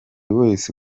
wese